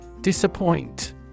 Disappoint